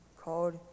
called